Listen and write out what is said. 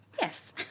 Yes